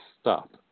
stop